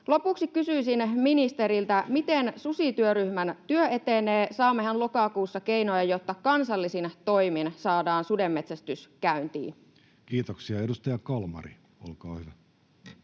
Lopuksi kysyisin ministeriltä, miten susityöryhmän työ etenee. Saammehan lokakuussa keinoja, jotta kansallisin toimin saadaan sudenmetsästys käyntiin? Kiitoksia. — Edustaja Kalmari, olkaa hyvä.